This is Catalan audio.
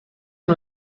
amb